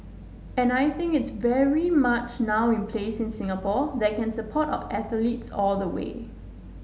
and I think it's very much now in place in Singapore that can support our athletes all the way